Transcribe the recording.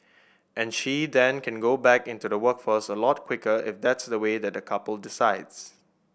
and she then can go back into the workforce a lot quicker if that's the way that the couple decides